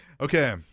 Okay